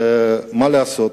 ומה לעשות?